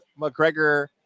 McGregor